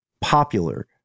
popular